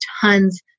tons